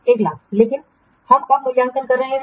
100000 लेकिन हम कब मूल्यांकन कर रहे हैं